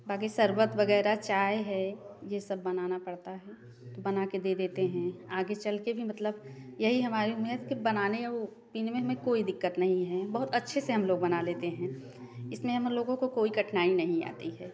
बाकि शरबत वगैरह चाय है यह सब बनाना पड़ता है तो बना कर दे देते हैं आगे चल कर भी मतलब यही हमारी नियत कि बनाने या वह पीने में हमें कोई दिक्कत नहीं हैं बहुत अच्छे से हम लोग बना लेते हैं इसने हमें लोगों को कोई कठिनाई नहीं आती है